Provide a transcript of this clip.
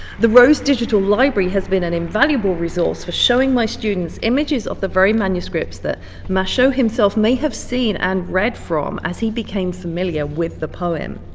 the rose digital library has been an invaluable resource for showing my students images of the very manuscripts that machaut himself may have seen and read from as he became familiar with the poem.